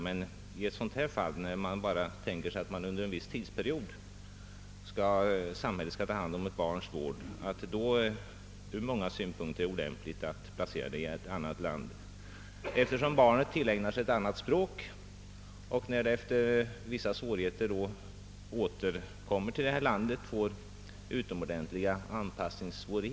Men i ett fall då man tänker sig att samhället bara under en viss tidsperiod skall omhändertaga vårdnaden av ett barn är det ur många synpunkter olämpligt att placera barnet i ett annat land. Barnet tillägnar sig där ett annat språk, och när det efter vissa svårigheter återkommer till sitt eget land, uppstår vissa anpassningsproblem.